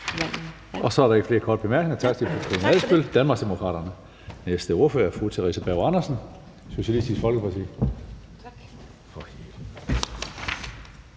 Så er der ikke flere korte bemærkninger. Tak til fru Karina Adsbøl, Danmarksdemokraterne. Den næste ordfører er fru Theresa Berg Andersen, Socialistisk Folkeparti. Kl.